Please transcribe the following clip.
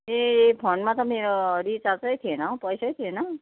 ए फोनमा त मेरो रिचार्जै थिएन हौ पैसै थिएन